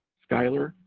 schuyler,